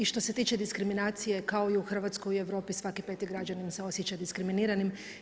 I što se tiče diskriminacije, kao i u Hrvatskoj i u Europi, svaki 5 građanin se osjeća diskriminiranim.